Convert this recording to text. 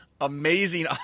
amazing